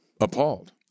appalled